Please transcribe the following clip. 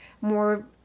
more